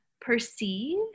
perceive